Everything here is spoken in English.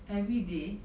everyday